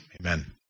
Amen